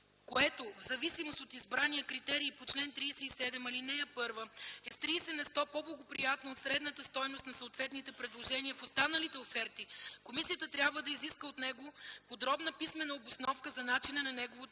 комисията трябва да изиска от него подробна писмена обосновка за начина на неговото